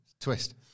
Twist